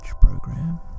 program